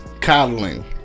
coddling